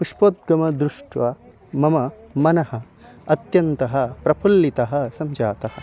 पुष्पोद्गमं दृष्ट्वा मम मनः अत्यन्तं प्रफुल्लितं सञ्जातम्